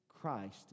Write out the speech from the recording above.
Christ